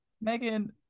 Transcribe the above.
Megan